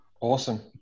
Awesome